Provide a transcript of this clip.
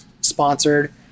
sponsored